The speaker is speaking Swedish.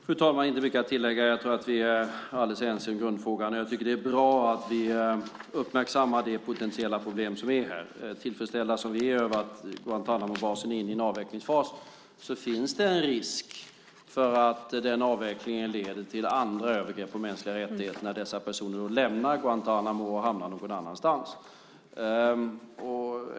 Fru talman! Jag har inte mycket att tillägga. Jag tror att vi är alldeles ense i grundfrågan, och jag tycker att det är bra att vi uppmärksammar det potentiella problem som är här. Vi är tillfredsställda över att Guantánamobasen är inne i en avvecklingsfas. Men det finns en risk för att den avvecklingen leder till andra övergrepp på mänskliga rättigheter när dessa personer lämnar Guantánamo och hamnar någon annanstans.